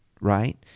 right